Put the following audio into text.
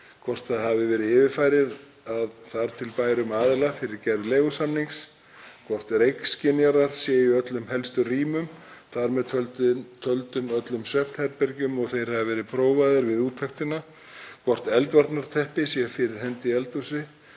hvort húsnæðið hafi verið yfirfarið af þar til bærum aðila fyrir gerð leigusamnings, hvort reykskynjarar séu í öllum helstu rýmum, þar með töldum öllum svefnherbergjum, og þeir hafi verið prófaðir við úttektina, hvort eldvarnarteppi sé fyrir hendi í eldhúsi